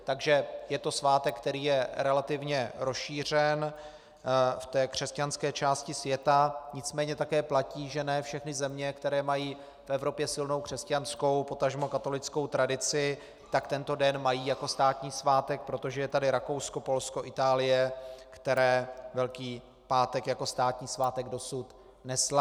Takže je to svátek, který je relativně rozšířen v té křesťanské části světa, nicméně také platí, že ne všechny země, které mají v Evropě silnou křesťanskou, potažmo katolickou tradici, mají tento den jako státní svátek, protože je tady Rakousko, Polsko, Itálie, které Velký pátek jako státní svátek dosud neslaví.